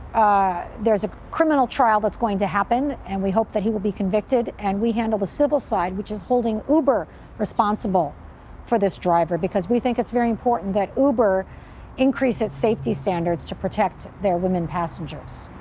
ah, there's a criminal trial that's going to happen and we hope that he will be convicted, and we handle the civil side, which is holding uber responsible for this driver. because we think it's very important that uber increase its safety standards to protect their women passengers.